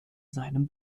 seinem